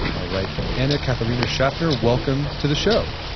ah right, anna catherina schaffner, welcome to the show